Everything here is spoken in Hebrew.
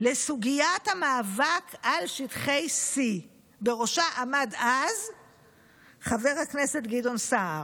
לסוגיית המאבק על שטחי C". בראשה עמד אז חבר הכנסת גדעון סער,